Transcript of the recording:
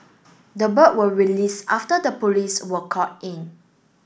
the bird were released after the police were called in